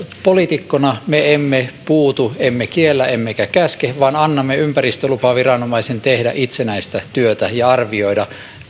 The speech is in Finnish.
poliitikkoina me emme puutu emme kiellä emmekä käske vaan annamme ympäristölupaviranomaisen tehdä itsenäistä työtä ja arvioida